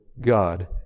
God